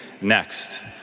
next